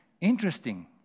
Interesting